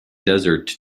desert